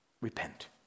Repent